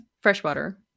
Freshwater